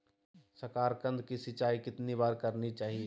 साकारकंद की सिंचाई कितनी बार करनी चाहिए?